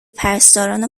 پرستاران